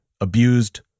abused